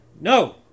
No